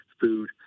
food